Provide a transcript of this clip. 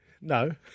No